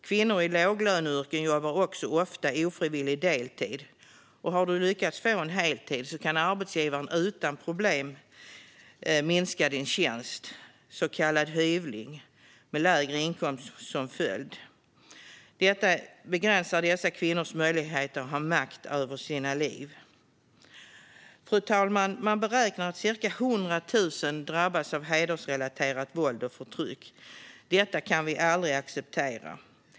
Kvinnor i låglöneyrken jobbar också ofta ofrivillig deltid, och har du lyckats få en heltid kan arbetsgivaren utan problem minska din tjänst - så kallad hyvling - med lägre inkomst som följd. Detta begränsar dessa kvinnors möjlighet att ha makt över sina liv. Fru talman! Man beräknar att ca 100 000 drabbas av hedersrelaterat våld och förtryck. Detta kan vi aldrig acceptera.